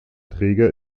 träger